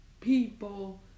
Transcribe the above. people